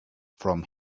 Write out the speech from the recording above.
from